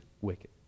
wicked